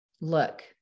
look